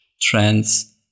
trends